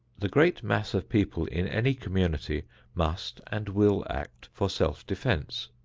the great mass of people in any community must and will act for self-defense.